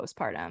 postpartum